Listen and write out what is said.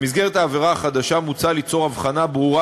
במסגרת העבירה החדשה מוצע ליצור הבחנה ברורה